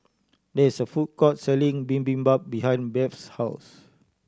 there is a food court selling Bibimbap behind Beth's house